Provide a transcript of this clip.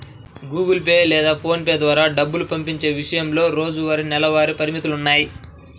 Google Pay లేదా PhonePe ద్వారా డబ్బు పంపించే విషయంలో రోజువారీ, నెలవారీ పరిమితులున్నాయి